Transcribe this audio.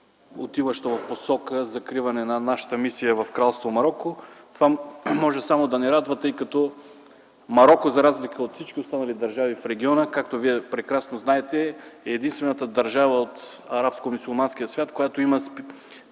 отиващо в посока закриване на нашата мисия в Кралство Мароко. Това може само да ни радва, тъй като Мароко за разлика от всички останали държави в региона, както Вие прекрасно знаете, е единствената държава от арабско-мюсюлманския свят, която получи